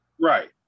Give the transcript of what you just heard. Right